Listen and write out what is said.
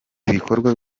ibikorwa